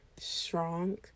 strong